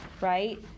right